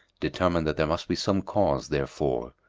determined that there must be some cause therefor.